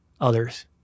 others